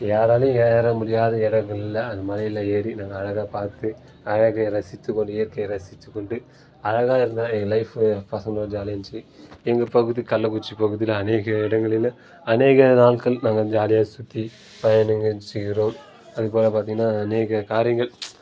யாராலும் ஏற முடியாத இடங்கள்ல அந்த மலையில் ஏறி நாங்கள் அழகை பார்த்து அழகை ரசித்துக் கொண்டு இயற்கையை ரசித்து கொண்டு அழகாக இருந்த என் லைஃபு பசங்களோடு ஜாலியாக இருந்துச்சு எங்கள் பகுதி கள்ளக்குறிச்சி பகுதியில் அநேக இடங்களில் அநேக நாட்கள் நாங்கள் ஜாலியாக சுற்றி பயணம் செய்கிறோம் அதுபோக பார்த்திங்கன்னா அநேக காரியங்கள்